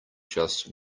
just